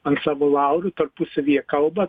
ant savo laurų tarpusavyje kalba